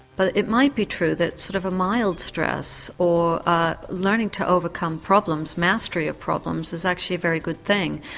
but it might be true that sort of a mild stress or learning to overcome problems, mastery of problems is actually a very good thing.